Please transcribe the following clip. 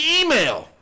email